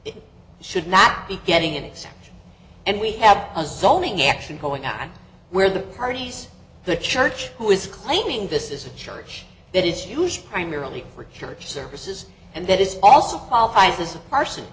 it should not be getting an exemption and we have a zoning action going on where the parties the church who is claiming this is a church that is used primarily for church services and that is also qualifies as a parson